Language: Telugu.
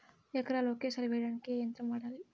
ఎకరాలు ఒకేసారి వేయడానికి ఏ యంత్రం వాడాలి?